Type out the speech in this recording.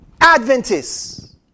Adventists